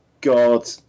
God